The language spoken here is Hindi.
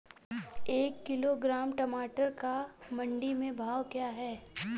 एक किलोग्राम टमाटर का मंडी में भाव क्या है?